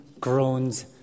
groans